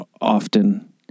often